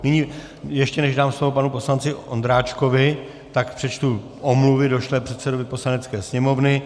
Nyní ještě, než dám slovo panu poslanci Ondráčkovi, tak přečtu omluvy došlé předsedovi Poslanecké sněmovny.